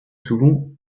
souvent